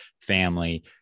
family